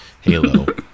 Halo